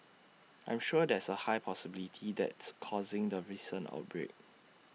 I'm sure there's A high possibility that's causing the recent outbreak